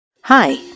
Hi